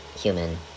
human